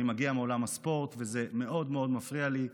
אני מגיע מעולם הספורט, וזה מאוד מאוד מפריע לי.